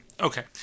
Okay